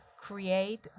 create